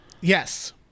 yes